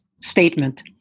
statement